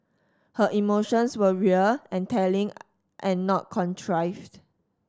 her emotions were real and telling and not contrived